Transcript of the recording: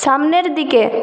সামনের দিকে